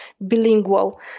bilingual